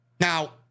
Now